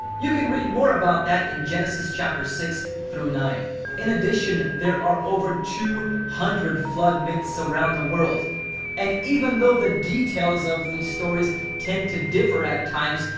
you can read more about that in genesis chapter six through nine in addition there are over two hundred flood myths around the world and even though the details of these stories tend to differ at times,